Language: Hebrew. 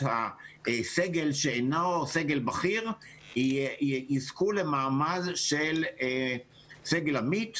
הסגל שאינה סגל בכיר תזכה למעמד של סגל עמית,